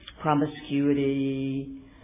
promiscuity